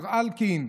מר אלקין,